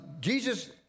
Jesus